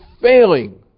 failing